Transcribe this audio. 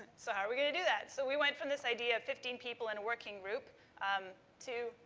so, how are we going to do that? so, we went from this idea of fifteen people in a working group um to,